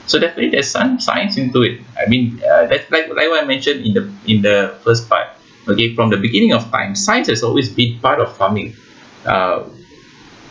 so that means there's some science into it I mean like like like what I mentioned in the in the first part okay from the beginning of time science has always been part of farming